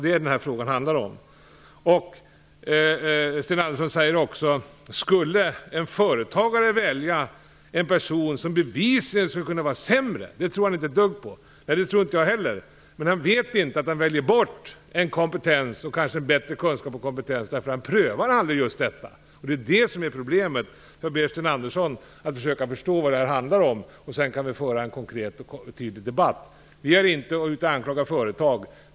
Den här frågan handlar inte om det. Sten Andersson tror inte att en företagare skulle välja en person som bevisligen är sämre. Det tror inte jag heller. Men företagaren vet inte att han kanske väljer bort en bättre kunskap och kompetens eftersom han aldrig prövar just dessa personer. Det är problemet. Jag ber Sten Andersson att försöka förstå vad det här handlar om. Sedan kan vi föra en tydlig debatt. Vi anklagar inte företag.